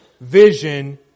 Vision